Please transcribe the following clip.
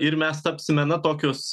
ir mes tapsime na tokios